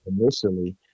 initially